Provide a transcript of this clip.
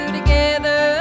together